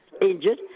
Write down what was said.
injured